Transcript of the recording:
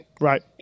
Right